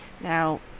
Now